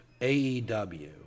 AEW